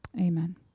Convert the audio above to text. Amen